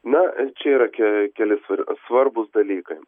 na čia yra ke keli svarbūs dalykai